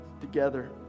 together